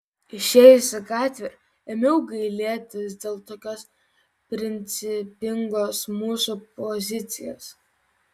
išėjus į gatvę ėmiau gailėtis dėl tokios principingos mūsų pozicijos